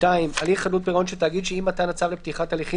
"(2)הליך חדלות פירעון של תאגיד שעם מתן הצו לפתיחת הליכים